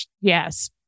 yes